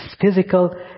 physical